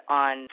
on